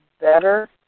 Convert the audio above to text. better